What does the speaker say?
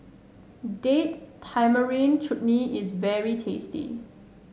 Date Tamarind Chutney is very tasty